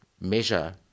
measure